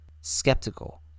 skeptical